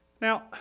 Now